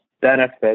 benefit